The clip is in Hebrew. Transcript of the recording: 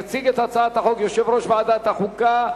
יציג את הצעת החוק יושב-ראש ועדת החוקה,